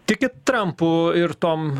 tik trampu ir tom